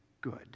good